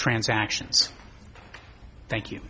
transactions thank you